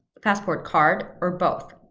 a passport card, or both.